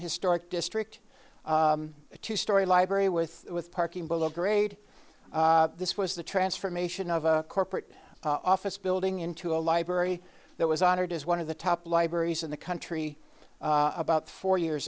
historic district a two story library with with parking below grade this was the transformation of a corporate office building into a library that was honored as one of the top libraries in the country about four years